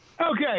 Okay